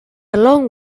long